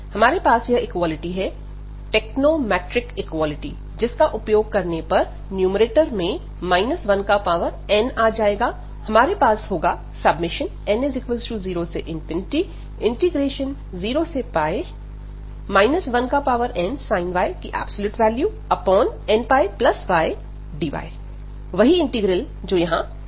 हमारे पास यह इक्वालिटी है टेक्नोमेट्रिक इक्वालिटी जिसका उपयोग करने पर न्यूमैरेटर मे n आ जाएगा हमारे पास होगा n00 1nsin y nπydy वही इंटीग्रल जो यहां था